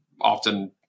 often